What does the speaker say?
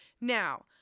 Now